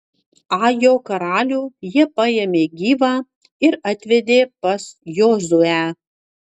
ajo karalių jie paėmė gyvą ir atvedė pas jozuę